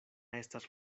estas